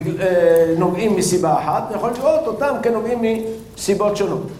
נוגעים מסיבה אחת, אנחנו יכולים לראות אותם כנוגעים מסיבות שונות